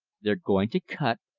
they're going to cut,